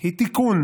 היא תיקון,